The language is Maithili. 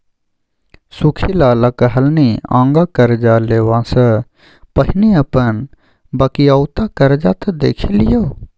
सुख्खी लाला कहलनि आँगा करजा लेबासँ पहिने अपन बकिऔता करजा त देखि लियौ